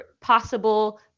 possible